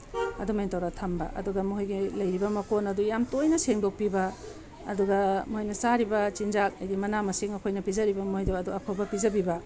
ꯑꯗꯨꯃꯥꯏꯅ ꯇꯧꯔꯒ ꯊꯝꯕ ꯑꯗꯨꯒ ꯃꯈꯣꯏꯒꯤ ꯂꯩꯔꯤꯕ ꯃꯀꯣꯟ ꯑꯗꯨ ꯌꯥꯝ ꯇꯣꯏꯅ ꯁꯦꯡꯗꯣꯛꯄꯤꯕ ꯑꯗꯨꯒ ꯃꯣꯏꯅ ꯆꯥꯔꯤꯕ ꯆꯤꯟꯖꯥꯛ ꯍꯥꯏꯕꯗꯤ ꯃꯅꯥ ꯃꯁꯤꯡ ꯑꯩꯈꯣꯏꯅ ꯄꯤꯖꯔꯤꯕ ꯃꯣꯏꯗꯣ ꯑꯗꯣ ꯑꯐꯕ ꯄꯤꯖꯕꯤꯕ